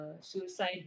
suicide